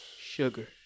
sugar